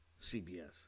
CBS